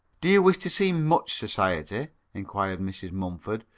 do you wish to see much society inquired mrs. mumford,